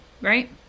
right